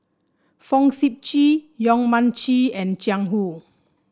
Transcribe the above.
Fong Sip Chee Yong Mun Chee and Jiang Hu